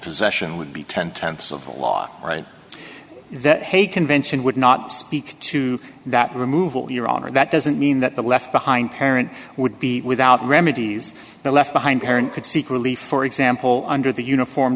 possession would be ten tenth's of the law right that hague convention would not speak to that removal your honor that doesn't mean that the left behind parent would be without remedies the left behind parent could seek relief for example under the uniform